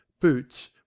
boots